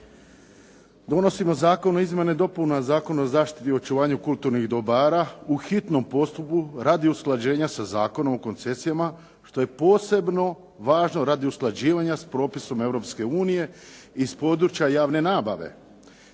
Donosimo zakon o izmjenama i dopunama Zakona o zaštiti i očuvanju kulturnih dobara u hitnom postupku radi usklađenja sa Zakonom o koncesijama što je posebno važno radi usklađivanja s propisom Europske unije iz područje javne nabave.